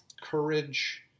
Courage